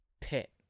pit